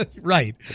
Right